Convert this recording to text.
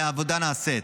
והעבודה נעשית.